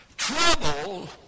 Trouble